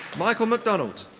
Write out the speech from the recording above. michael mcdonald.